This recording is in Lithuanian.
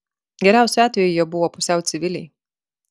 geriausiu atveju jie buvo pusiau civiliai